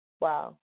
Wow